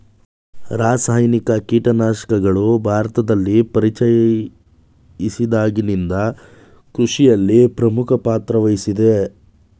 ರಾಸಾಯನಿಕ ಕೀಟನಾಶಕಗಳು ಭಾರತದಲ್ಲಿ ಪರಿಚಯಿಸಿದಾಗಿನಿಂದ ಕೃಷಿಯಲ್ಲಿ ಪ್ರಮುಖ ಪಾತ್ರ ವಹಿಸಿವೆ